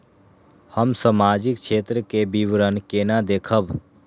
हम सामाजिक क्षेत्र के विवरण केना देखब?